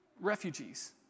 refugees